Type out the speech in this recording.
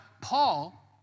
Paul